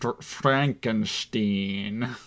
Frankenstein